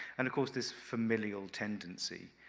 and of course, this familial tendency,